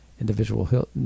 individual